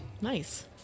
Nice